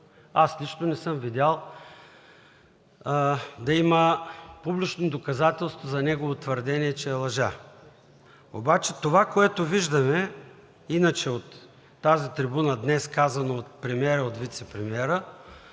Аз лично не съм видял да има публично доказателство за негово твърдение, че е лъжа. Обаче това, което виждаме иначе от тази трибуна днес, казано от премиера и от вицепремиера,